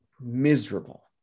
miserable